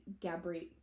Gabrielle